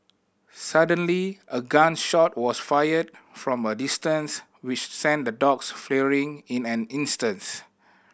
suddenly a gun shot was fired from a distance which sent the dogs in an instance